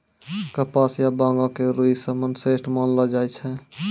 कपास या बांगो के रूई सबसं श्रेष्ठ मानलो जाय छै